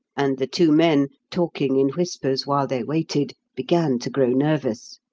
and the two men, talking in whispers while they waited, began to grow nervous.